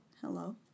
Hello